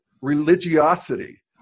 religiosity